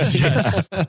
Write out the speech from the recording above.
Yes